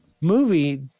movie